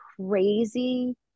crazy